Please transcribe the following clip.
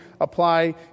apply